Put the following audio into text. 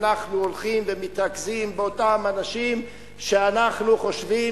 אנחנו הולכים ומתרכזים באותם אנשים שאנחנו חושבים